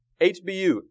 HBU